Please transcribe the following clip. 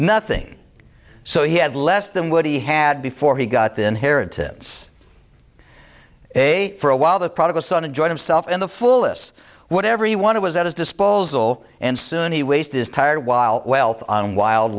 nothing so he had less than what he had before he got the inheritance a for a while the prodigal son enjoyed himself in the fullness whatever you want it was at his disposal and soon he waste his tire while wealth on wild